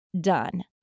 done